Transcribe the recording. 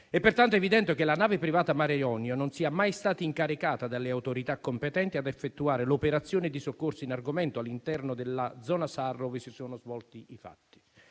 È pertanto evidente che la nave privata Mare Jonio non sia mai stata incaricata dalle autorità competenti ad effettuare l'operazione di soccorso in argomento all'interno della zona SAR ove si sono svolti i fatti.